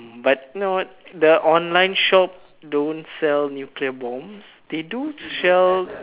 but no the online shop don't sell nuclear bombs they do sell